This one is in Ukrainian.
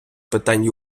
питань